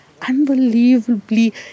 unbelievably